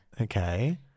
Okay